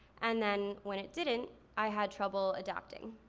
and then when it didn't i had trouble adapting.